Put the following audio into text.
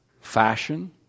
fashion